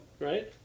Right